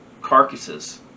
carcasses